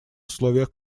условиях